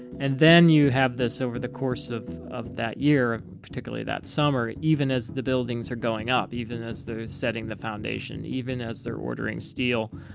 and then you have this over the course of of that year, particularly that summer, even as the buildings are going up, even as they're setting the foundation, even as they're ordering steel,